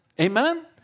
Amen